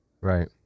Right